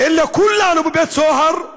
אלא כולנו בבית-סוהר,